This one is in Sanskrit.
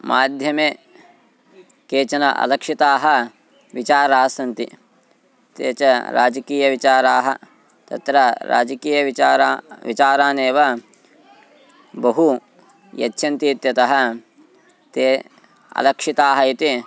माध्यमे केचन अलक्षिताः विचारास्सन्ति ते च राजकीयविचाराः अत्र राजकीयविचाराः विचारानेव बहु यच्छन्ति इत्यतः ते अलक्षिताः इति